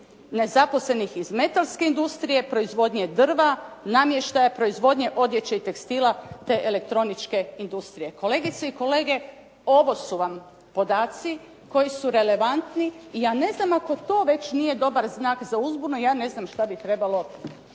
nezaposlenih iz metalske industrije, proizvodnje drva, namještaja, proizvodnje odjeće i tekstila te elektroničke industrije. Kolegice i kolege, ovo su vam podaci koji su relevantni, ja ne znam ako to već nije dobar znak za uzbunu, ja ne znam što bi trebalo probuditi,